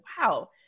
wow